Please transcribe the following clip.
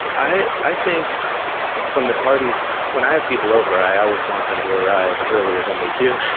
i i think from the parties, when i have people over, i always want them to arrive earlier than they do.